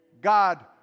God